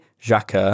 Jacques